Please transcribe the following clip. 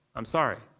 i'm sorry.